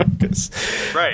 Right